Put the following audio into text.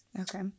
Okay